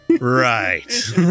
right